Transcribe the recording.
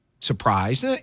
surprised